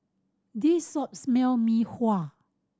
this Mee Sua